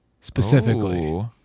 specifically